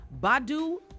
Badu